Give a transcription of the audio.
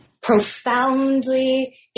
profoundly